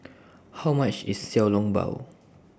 How much IS Xiao Long Bao